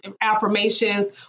affirmations